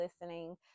listening